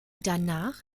danach